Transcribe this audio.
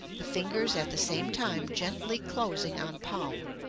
the fingers at the same time gently closing on palm